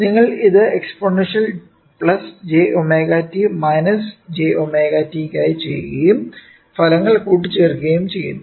നിങ്ങൾ അത് exponential jωt minus jωt ക്കായി ചെയ്യുകയും ഫലങ്ങൾ കൂട്ടിച്ചേർക്കുകയും ചെയ്യുന്നു